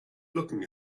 looking